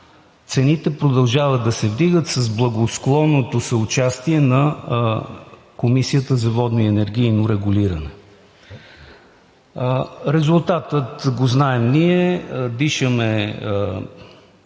Цените продължават да се вдигат с благосклонното съучастие на Комисията за водно и енергийно регулиране. Резултатът го знаем ние – дишаме